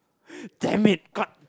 damn it god